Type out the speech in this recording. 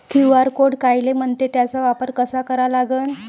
QR code कायले म्हनते, त्याचा वापर कसा करा लागन?